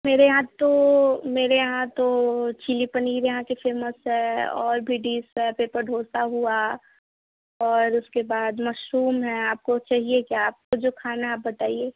मेरे यहाँ तो मेरे यहाँ तो चिल्ली पनीर यहाँ की फेमस है और भी डिश है पेपर ढोसा हुआ और उसके बाद मशरूम है आपको चाहिए क्या आपको जो खाना है आप बताइए